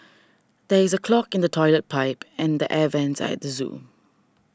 there is a clog in the Toilet Pipe and the Air Vents at the zoo